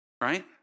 Right